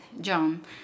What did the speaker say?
John